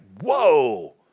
whoa